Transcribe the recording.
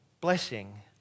blessing